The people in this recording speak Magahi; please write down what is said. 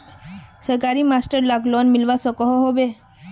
सरकारी मास्टर लाक लोन मिलवा सकोहो होबे?